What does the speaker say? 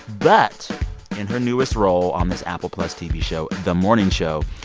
but in her newest role on this apple plus tv show the morning show,